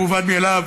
מובן מאליו.